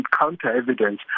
counter-evidence